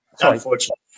unfortunately